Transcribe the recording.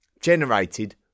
generated